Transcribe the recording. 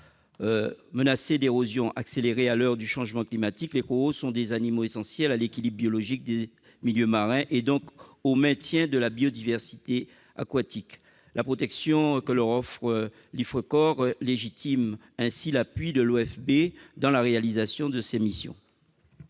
Menacés d'érosion accélérée à l'heure du changement climatique, les coraux sont des animaux essentiels à l'équilibre biologique des milieux marins, et donc au maintien de la biodiversité aquatique. La protection que leur offre l'Ifrecor légitime l'appui de l'OFB dans la réalisation de ses missions.